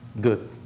good